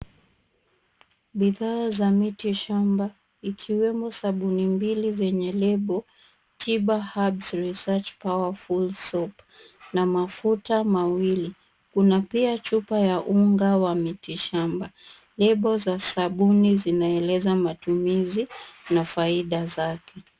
Bidhaa za miti shamba ikiwemo sabuni mbili zenye lebo tiba herbs such powerful soap[cs na mafuta mawili. Kuna pia picha ya unga wa miti shamba. Lebo za sabuni zinaeleza matumizi na faida zake.